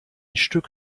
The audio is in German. stück